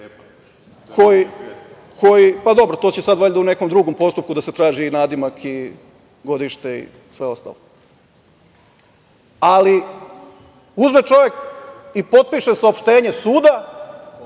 Stepa.)… To će sada u nekom drugom postupku da se traži i nadimak i godište i sve ostalo. Uzme čovek i potpiše saopštenje suda